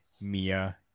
Mia